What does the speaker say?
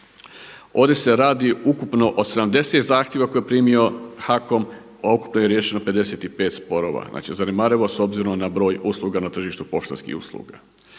Ovdje se radi ukupno o 70 zahtjeva koje je primio HAKOM, a ukupno je riješeno 55 sporova. Znači zanemarivo s obzirom na broj usluga na tržištu poštanskih usluga.